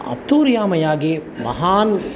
अत्तुर्यामयागे महान्